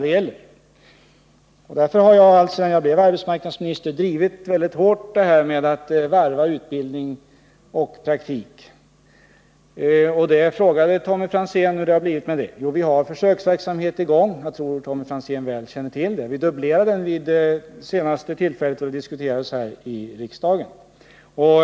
Därför har jag alltsedan jag blev arbetsmarknadsminister väldigt hårt drivit linjen att man skall varva utbildning och praktik. Tommy Franzén frågade hur det har blivit med det. Jo, vi har försöksverksamhet i gång — det tror jag Tommy Franzén väl känner till — och vi beslöt att dubblera den vid det senaste tillfället frågan diskuterades här i riksdagen.